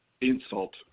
Insult